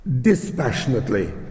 dispassionately